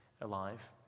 alive